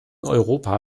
europa